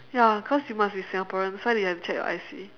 ya cause we must be singaporean that's why they have to check your I_C